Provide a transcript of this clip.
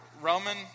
roman